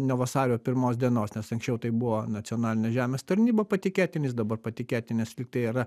nuo vasario pirmos dienos nes anksčiau tai buvo nacionalinė žemės tarnyba patikėtinis dabar patikėtinis lyg tai yra